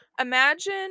imagine